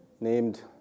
named